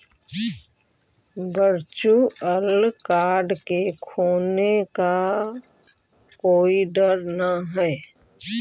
virtual card के खोने का कोई डर न हई